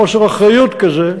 בחוסר אחריות כזה,